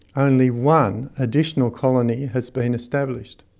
only one additional colony has been established.